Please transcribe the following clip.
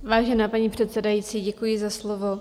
Vážená paní předsedající, děkuji za slovo.